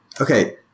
okay